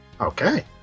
Okay